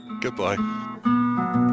Goodbye